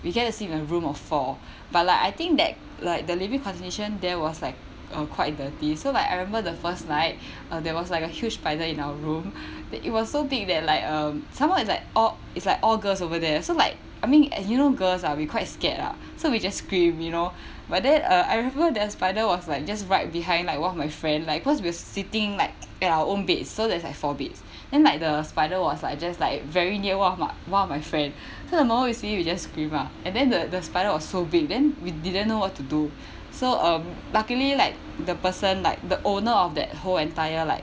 we get to sleep in the room of four but like I think that like the living condition there was like uh quite dirty so like I remember the first night there was like a huge spider in our room that it was so big that like um some more it's like all it's like all girls over there so like I mean as you know girls ah we quite scared lah so we just scream you know but then uh I remember that spider was like just right behind like one of my friend like because we are sitting like in our own bed so there's like four beds then like the spider was like just like very near one of my one of my friend so the moment we see it we just scream ah and then the the spider was so big then we didn't know what to do so um luckily like the person like the owner of that whole entire like